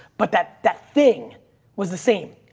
but that that thing was the same.